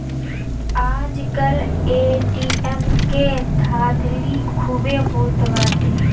आजकल ए.टी.एम के धाधली खूबे होत बाटे